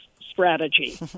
strategy